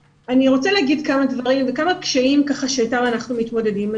כמה דברים וכמה קשיים שאיתם אנחנו מתמודדים.